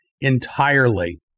entirely